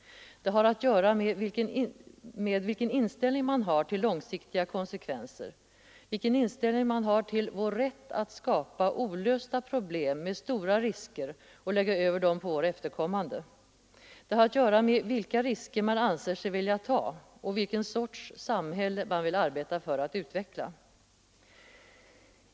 Det har att göra med vilken inställning man har till långsiktiga konsekvenser, vilken inställning man har till vår rätt att skapa olösliga problem med stora risker och lägga över dem på våra efterkommande. Det har att göra med vilka risker man anser sig vilja ta och vilken sorts samhälle man vill arbeta för att utveckla.